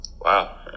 Wow